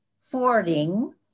fording